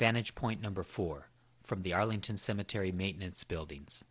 vantage point number four from the arlington cemetery maintenance buildings